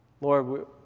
Lord